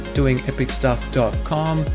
doingepicstuff.com